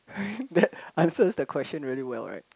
that answers the question very well right